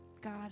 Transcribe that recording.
God